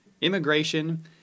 Immigration